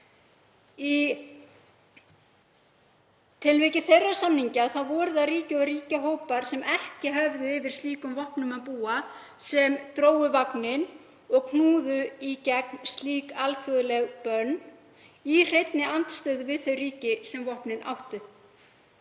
tilviki þeirra samninga voru það ríki og ríkjahópar sem ekki höfðu yfir slíkum vopnum að búa sem drógu vagninn og knúðu í gegn slík alþjóðleg bönn í hreinni andstöðu við þau ríki sem vopnin áttu.